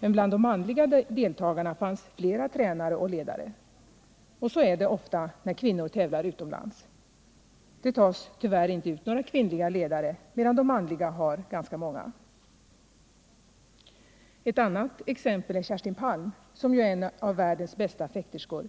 Men bland de manliga deltagarna fanns flera tränare och ledare. Så är det ofta när kvinnor tävlar utomlands. Det tas tyvärr inte ut några kvinnliga ledare, medan de manliga tävlande har ganska många. Ett annat exempel är Kerstin Palm, som ju är en av världens bästa fäkterskor